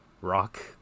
rock